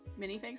minifigs